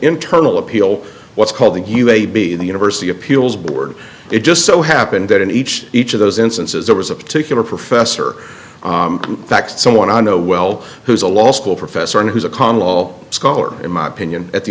internal appeal what's called the u a b the university appeals board it just so happened that in each each of those instances there was a particular professor that someone i know well who is a law school professor who's a common law scholar in my opinion at the